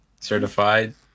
Certified